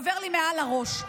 עובר לי מעל לראש.